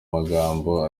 magambo